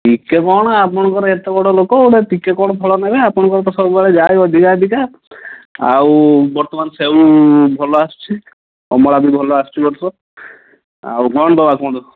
ଟିକିଏ କଣ ଆପଣଙ୍କର ଏତେ ବଡ଼ଲୋକ ଗୋଟେ ଟିକିଏ କଣ ଫଳ ନେବେ ଆପଣଙ୍କର ତ ସବୁବେଳେ ଯାଏ ଅଧିକା ଅଧିକା ଆଉ ବର୍ତ୍ତମାନ ସେଉ ଭଲ ଆସୁଛି କମଳା ବି ଭଲ ଆସୁଛି ଆଉ କଣ ଦେବା କୁହନ୍ତୁ